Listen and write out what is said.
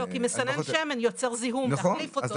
לא, כי מסנן שמן יוצר זיהום להחליף אותו.